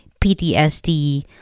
ptsd